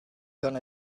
going